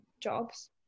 jobs